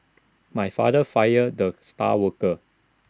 my father fired the star worker